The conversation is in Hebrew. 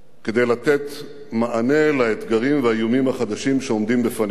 כדי לתת מענה לאתגרים ולאיומים החדשים שעומדים בפנינו.